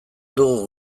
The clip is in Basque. dugu